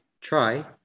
try